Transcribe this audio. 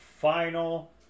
final